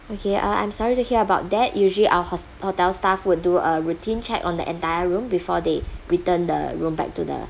okay uh I'm sorry to hear about that usually our hotel staff would do a routine check on the entire room before they return the room back to the